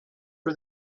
for